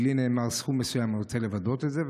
לי נאמר סכום מסוים, ואני רוצה לוודא את זה.